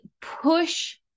push